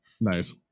nice